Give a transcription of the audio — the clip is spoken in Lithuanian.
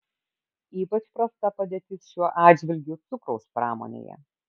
ypač prasta padėtis šiuo atžvilgiu cukraus pramonėje